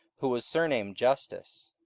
who was surnamed justus,